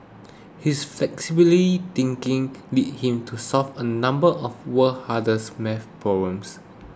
his flexibly thinking led him to solve a number of world's hardest math problems